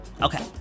Okay